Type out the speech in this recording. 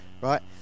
right